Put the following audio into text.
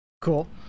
Cool